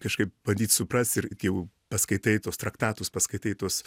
kažkaip bandyt suprast ir kai jau paskaitai tuos traktatus paskaitai tuos